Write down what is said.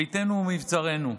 ביתנו הוא מבצרנו.